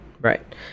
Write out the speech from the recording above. Right